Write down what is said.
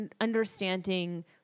understanding